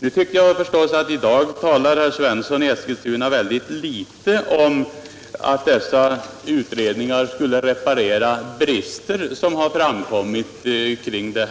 I dag talar herr Svensson i Eskilstuna mycket litet om dessa utredningar som skulle reparera de brister i detta förslag som framkommit.